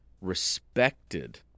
respected